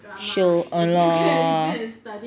show !hannor!